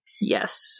Yes